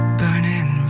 burning